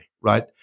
right